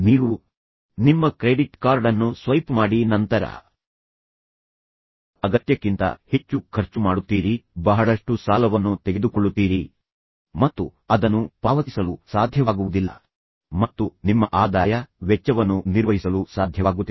ನೀವು ನಿಮ್ಮ credit card ಅನ್ನು ಸ್ವೈಪ್ ಮಾಡಿ ನಂತರ ನೀವು ಅಗತ್ಯಕ್ಕಿಂತ ಹೆಚ್ಚು ಖರ್ಚು ಮಾಡುತ್ತೀರಿ ಮತ್ತು ನಂತರ ನೀವು ಬಹಳಷ್ಟು ಸಾಲವನ್ನು ತೆಗೆದುಕೊಳ್ಳುತ್ತೀರಿ ಮತ್ತು ನೀವು ಅದನ್ನು ಪಾವತಿಸಲು ಸಾಧ್ಯವಾಗುವುದಿಲ್ಲ ಮತ್ತು ನಂತರ ನಿಮ್ಮ ಆದಾಯ ಮತ್ತು ವೆಚ್ಚವನ್ನು ನಿರ್ವಹಿಸಲು ನಿಮಗೆ ಸಾಧ್ಯವಾಗುತ್ತಿಲ್ಲ